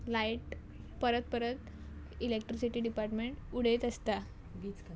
light परत परत electricity department उडयत आसता